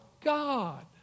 God